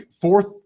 fourth